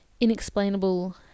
inexplainable